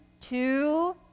two